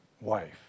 wife